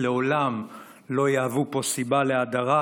לעולם לא יהיו פה סיבה להדרה,